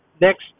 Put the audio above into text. next